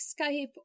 Skype